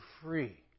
free